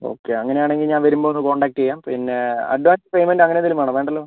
okay അങ്ങനെയാണെങ്കിൽ ഞാൻ വരുമ്പോൾ ഒന്ന് കോൺടാക്റ്റ് ചെയ്യാം പിന്നെ അഡ്വാൻസ് പെയ്മെൻ്റ് അങ്ങനെ എന്തെങ്കിലും വേണോ വേണ്ടല്ലോ